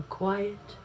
quiet